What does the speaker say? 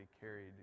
carried